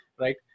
right